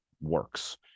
works